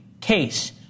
case